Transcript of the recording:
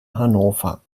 hannover